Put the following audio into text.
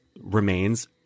remains